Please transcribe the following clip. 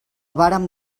vàrem